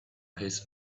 his